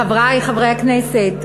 חברי חברי הכנסת,